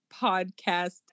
podcast